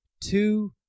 two